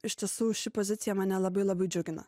iš tiesų ši pozicija mane labai labai džiugina